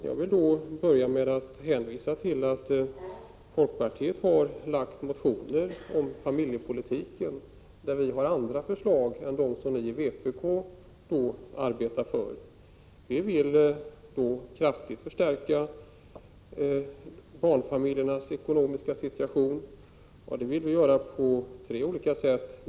Jag vill då börja med att hänvisa till att folkpartiet har lagt fram motioner om familjepolitiken med andra förslag än dem som ni i vpk arbetar för. Vi vill kraftigt förstärka barnfamiljernas ekonomiska situation. Det vill vi göra på tre olika sätt.